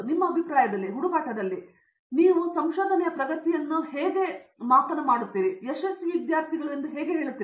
ನಿಮ್ಮ ಅಭಿಪ್ರಾಯದಲ್ಲಿ ಹುಡುಕಾಟದಲ್ಲಿ ನೀವು ಹೇಗೆ ಪ್ರಗತಿ ಹೊಂದುತ್ತಿದ್ದಾರೆ ಎಂಬುದನ್ನು ಜನರು ನೋಡುತ್ತಿರುವ ಕೆಲವು ಮಾಪನಗಳನ್ನು ಈಗಾಗಲೇ ನೋಡಿ